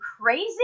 crazy